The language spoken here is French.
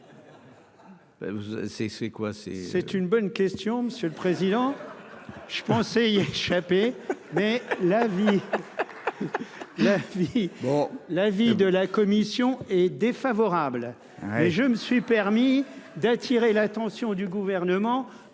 c'est une bonne question. Monsieur le président je pensais y échapper mais la vie, la vie bon l'avis de la commission est défavorable et je me suis permis d'attirer l'attention du gouvernement